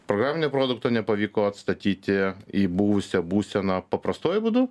programinį produktą nepavyko atstatyti į buvusią būseną paprastuoju būdu